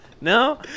No